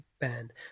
band